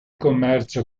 commercio